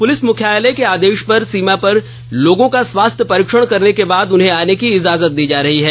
police मुख्यालय के आदेश पर सीमा पर लोगों का स्वास्थ्य परीक्षण करने के बाद उन्हें आने की इजाजत दी जा रही है